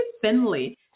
Finley